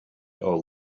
all